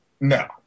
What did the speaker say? No